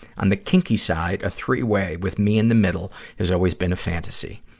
on the kinky side, a three-way with me in the middle has always been a fantasy.